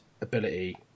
ability